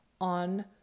On